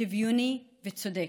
שוויוני וצודק.